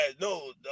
no